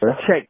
Check